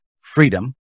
Freedom